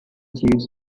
chiefs